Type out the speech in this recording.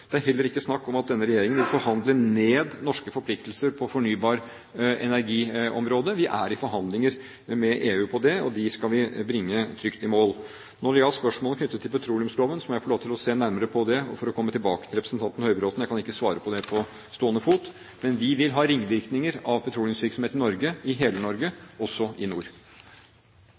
Det er heller ikke snakk om at denne regjeringen vil forhandle ned norske forpliktelser på fornybar energi-området. Vi er i forhandlinger med EU om det, og det skal vi bringe trygt i mål. Når det gjaldt spørsmål knyttet til petroleumsloven, må jeg få lov til å se nærmere på det og komme tilbake til representanten Høybråten. Jeg kan ikke svare på det på stående fot. Men vi vil ha ringvirkninger av petroleumsvirksomheten i Norge – i hele Norge, også i nord.